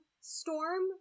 storm